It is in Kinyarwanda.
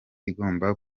igomba